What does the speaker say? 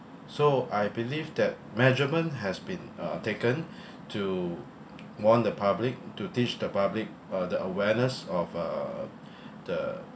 so I believe that measurement has been uh taken to warn the public to teach the public uh the awareness of uh the